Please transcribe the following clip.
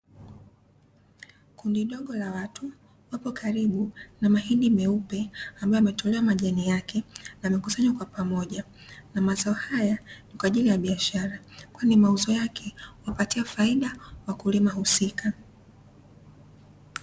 Kundi dogo la watu wapo karibu na mahindi meupe, ambayo yametolewa majani yake yamekusanywa kwa pamoja. Na Mazao haya ni kwa ajili ya biashara. Kwani mauzo yake hupatia faida wakulima husika.